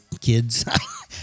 kids